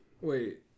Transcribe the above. Wait